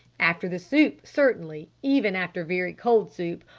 after the soup certainly, even after very cold soup,